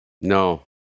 No